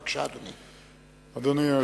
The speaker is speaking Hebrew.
בבקשה, אדוני.